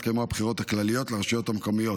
התקיימו הבחירות הכלליות לרשויות המקומיות,